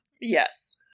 Yes